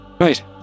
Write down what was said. Right